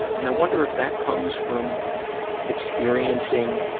and i wonder if that comes from experiencing,